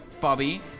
Bobby